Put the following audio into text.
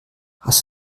hast